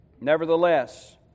Nevertheless